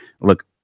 look